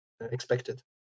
expected